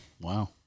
Wow